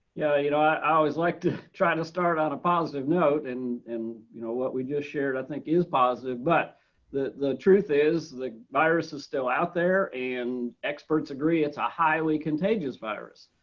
yeah you know i always like to try to start on a positive note and and you know what we just shared i think is positive but the the truth is the virus is still out there and experts agree it's a highly contagious virus,